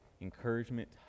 encouragement